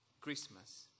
Christmas